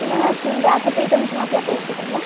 पुनः किं व्यासपीठं किमपि अपेक्षितं वा